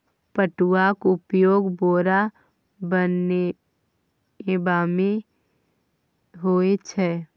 पटुआक उपयोग बोरा बनेबामे होए छै